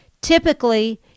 Typically